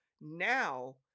now